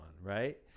right